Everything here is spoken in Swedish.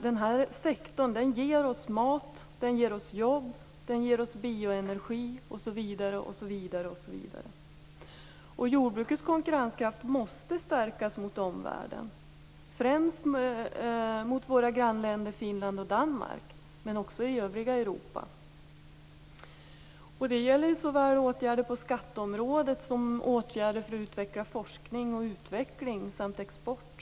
Den här sektorn ger oss mat, jobb, bioenergi osv. Jordbrukets konkurrenskraft måste stärkas mot omvärlden, främst mot våra grannländer Finland och Danmark men också mot övriga Europa. Det gäller såväl åtgärder på skatteområdet som åtgärder för att utveckla forskning och utveckling samt export.